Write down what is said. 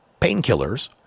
painkillers